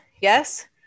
Yes